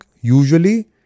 usually